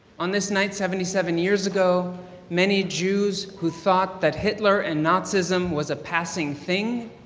on this night seventy seven years ago many jews who thought that hitler and nazism was a passing thing,